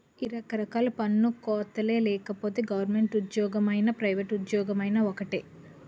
ఈ రకరకాల పన్ను కోతలే లేకపోతే గవరమెంటు ఉజ్జోగమైనా పైవేట్ ఉజ్జోగమైనా ఒక్కటే